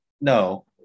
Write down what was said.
no